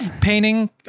painting